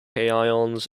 ions